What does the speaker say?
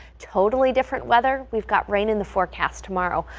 totally different weather we've got rain in the forecast tomorrow,